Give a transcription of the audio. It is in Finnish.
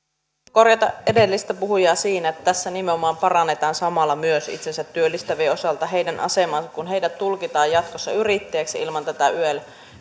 korjata edellistä puhujaa siinä että tässä nimenomaan parannetaan samalla myös itsensä työllistävien osalta heidän asemaansa kun heidät tulkitaan jatkossa yrittäjiksi ilman tätä yel